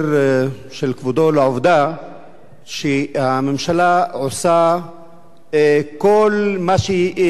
כבודו לעובדה שהממשלה עושה כל מה שביכולתה